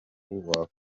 ngufu